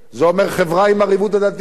זה אומר חברה עם ערבות הדדית,